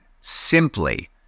simply